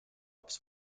ups